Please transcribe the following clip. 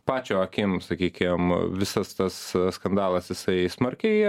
pačio akim sakykim visas tas skandalas jisai smarkiai